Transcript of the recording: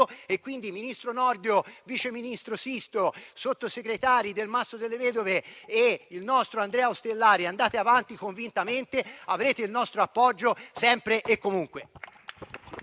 aggiunto. Ministro Nordio, vice ministro Sisto, sottosegretari Delmastro Delle Vedove e Ostellari, andate avanti convintamente, avrete il nostro appoggio sempre e comunque.